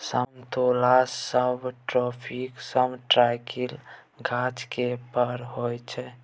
समतोला सबट्रापिकल साइट्रसक गाछ केर फर होइ छै